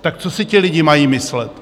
Tak co si ti lidi mají myslet?